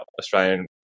Australian